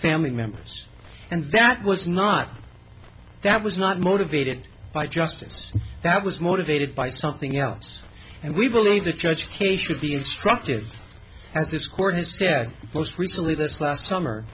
family members and that was not that was not motivated by justice that was motivated by something else and we believe the judge case would be instructive as this court instead most recently this last summer